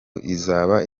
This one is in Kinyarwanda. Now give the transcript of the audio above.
izaba